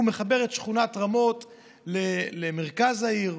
הוא מחבר את שכונת רמות למרכז העיר,